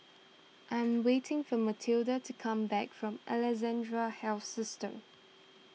I am waiting for Mathilde to come back from Alexandra Health System